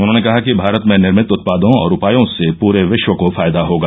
उन्होंने कहा कि भारत में निर्मित उत्पादों और उपायों से परे विश्व को फायदा होगा